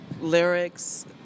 lyrics